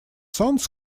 songs